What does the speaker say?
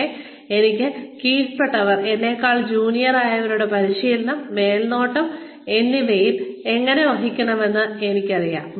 പക്ഷേ എനിക്ക് കീഴ്പ്പെട്ടവർ എന്നെക്കാൾ ജൂനിയർ ആയവരുടെ പരിപാലനം മേൽനോട്ടം എന്നിവയെ എങ്ങനെ വഹിക്കണമെന്ന് എനിക്കറിയണം